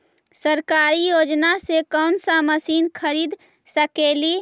सरकारी योजना से कोन सा मशीन खरीद सकेली?